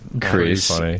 Chris